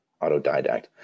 autodidact